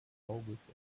auges